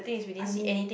I mean